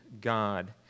God